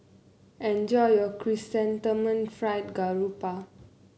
enjoy your Chrysanthemum Fried Garoupa